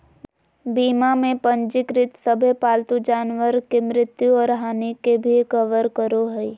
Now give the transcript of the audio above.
बीमा में पंजीकृत सभे पालतू जानवर के मृत्यु और हानि के भी कवर करो हइ